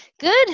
good